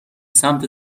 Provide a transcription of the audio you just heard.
سمت